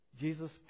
Jesus